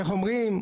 איך אומרים?